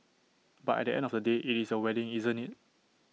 but at the end of the day IT is your wedding isn't IT